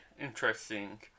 interesting